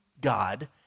God